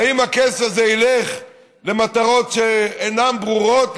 האם הכסף הזה ילך למטרות שאינן ברורות,